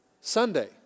Sunday